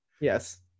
yes